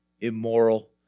immoral